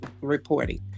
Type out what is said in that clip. reporting